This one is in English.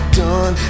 done